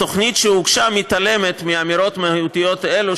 התוכנית שהוגשה מתעלמת מאמירות מהותיות אלו,